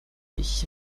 ich